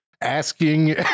asking